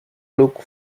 look